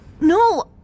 No